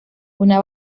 una